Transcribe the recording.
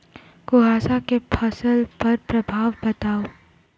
कुहासा केँ फसल पर प्रभाव बताउ?